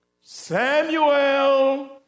Samuel